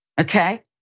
okay